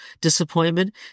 disappointment